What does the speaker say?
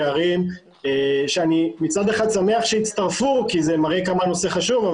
ערים שאני מצד אחד שמח שהם הצטרפו כי זה מראה כמה הנושא חשוב,